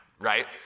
right